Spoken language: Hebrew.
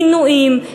עינויים,